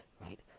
right